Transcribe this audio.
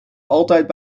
altijd